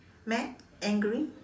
mad angry